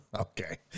Okay